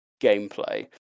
gameplay